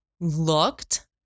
looked